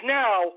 now